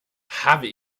habe